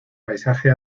paisaje